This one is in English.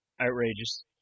outrageous